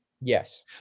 yes